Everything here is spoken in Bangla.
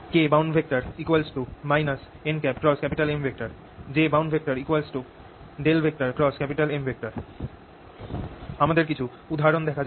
Kbound nM Jbound M আমাদের কিছু উদাহরণ দেখা যাক